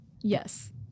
Yes